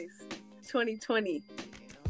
2020